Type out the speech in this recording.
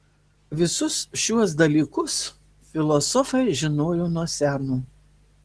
visus šiuos dalykus filosofai žinojo nuo seno